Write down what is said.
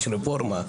יש רפורמה.